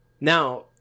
Now